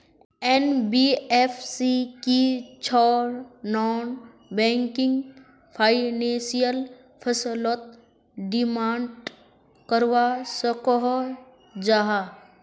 NBFC की छौ non banking financial फसलोत डिमांड करवा सकोहो जाहा?